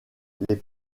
les